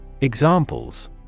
Examples